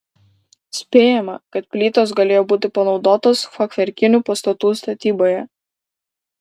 spėjama kad plytos galėjo būti panaudotos fachverkinių pastatų statyboje